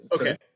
Okay